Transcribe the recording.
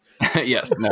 Yes